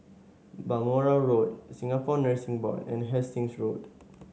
Balmoral Road Singapore Nursing Board and Hastings Road